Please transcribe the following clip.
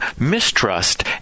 mistrust